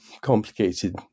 complicated